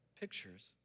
pictures